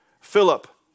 Philip